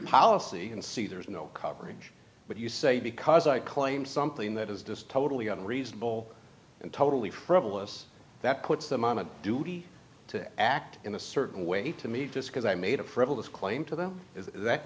policy and see there's no coverage but you say because i claim something that is just totally unreasonable and totally frivolous that puts them on a duty to act in a certain way to me just because i made a frivolous claim to them is that